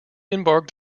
embarked